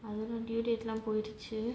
I don't know